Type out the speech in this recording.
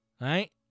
Right